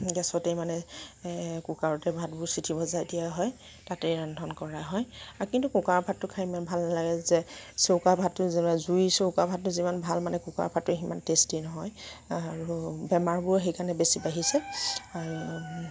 গেছতে মানে এ কুকাৰতে ভাতবোৰ চিঁটি বজাই দিয়া হয় তাতে ৰন্ধন কৰা হয় কিন্তু কুকাৰৰ ভাতটো খাই ইমান ভাল নালাগে যে চৌকাৰ ভাতটো জুইৰ চৌকাৰ ভাতটো যিমান ভাল মানে কুকাৰৰ ভাতটো সিমান টেষ্টী নহয় আৰু বেমাৰবোৰো সেইকাৰণে বেছি বাঢ়িছে আৰু